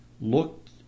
looked